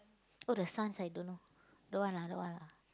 oh the sons I don't know don't want lah don't want lah